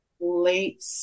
late